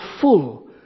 full